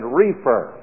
refer